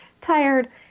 tired